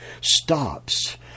stops